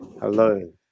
Hello